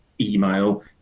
email